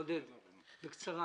עודד פורר, בקצרה.